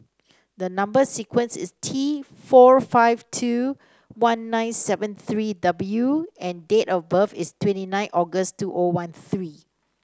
the number sequence is T four five two one nine seven three W and date of birth is twenty eight August two O one three